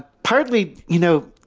ah partly. you know,